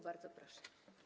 Bardzo proszę.